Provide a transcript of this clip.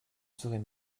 serais